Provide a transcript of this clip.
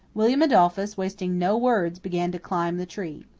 william adolphus, wasting no words, began to climb the tree.